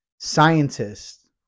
Scientists